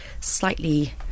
slightly